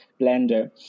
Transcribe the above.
blender